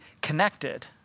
connected